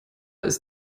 ist